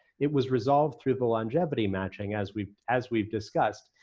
it was resolved through the longevity matching as we've as we've discussed,